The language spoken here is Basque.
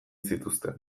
zituzten